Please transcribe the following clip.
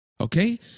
Okay